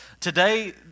Today